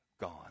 gone